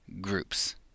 groups